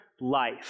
life